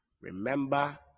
Remember